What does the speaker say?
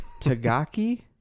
Tagaki